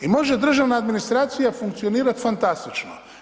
I može državna administracija funkcionirat fantastično.